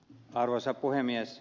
arvoisa puhemies